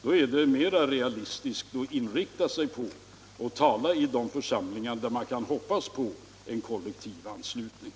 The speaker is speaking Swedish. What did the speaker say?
Då är det mer realistiskt att inrikta sig på att tala i de församlingar där man kan hoppas på en kollektiv anslutning.